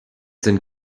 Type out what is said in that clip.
sind